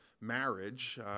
marriage